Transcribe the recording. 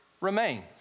remains